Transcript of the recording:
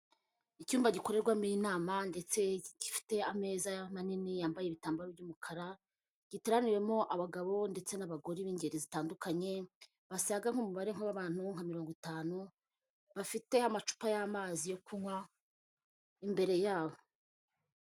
Icyumba gikorerwamo inama ndetse gifite ameza manini yambaye ibitambaro by'umukara, giteraniyemo abagabo bo ndetse n'abagore b'ingeri zitandukanye basaga nk'umubare w'abantu nka mirongo itanu, bafite amacupa y'amazi yo kunywa imbere yabo.